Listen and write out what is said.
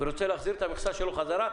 ורוצה להחזיר את המכסה שלו חזרה.